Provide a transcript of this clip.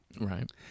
Right